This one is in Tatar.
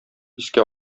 искә